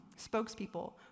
spokespeople